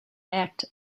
act